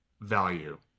value